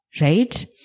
right